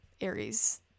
Aries